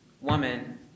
woman